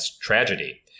tragedy